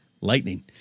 Lightning